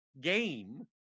game